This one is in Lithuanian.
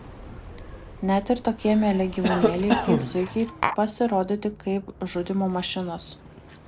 net ir tokie mieli gyvūnėliai kaip zuikiai pasirodyti kaip žudymo mašinos